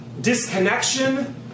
disconnection